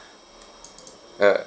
ah